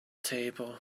table